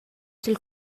dil